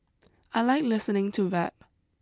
I like listening to rap